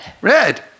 Red